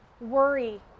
worry